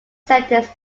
sentence